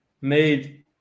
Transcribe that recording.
made